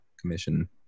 commission